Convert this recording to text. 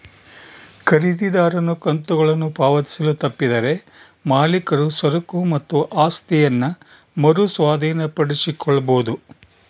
ಖರೀದಿದಾರನು ಕಂತುಗಳನ್ನು ಪಾವತಿಸಲು ತಪ್ಪಿದರೆ ಮಾಲೀಕರು ಸರಕು ಮತ್ತು ಆಸ್ತಿಯನ್ನ ಮರು ಸ್ವಾಧೀನಪಡಿಸಿಕೊಳ್ಳಬೊದು